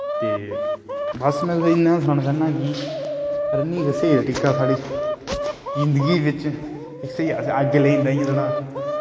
ते बस में इ'यै सनाना चाह्न्नां कि रनिंग स्हेई तरीका ऐ साढ़ी जिन्दगी बिच्च इक स्हेई अग्गें लेई सकदा